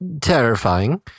terrifying